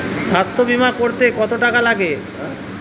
স্বাস্থ্যবীমা করতে কত টাকা লাগে?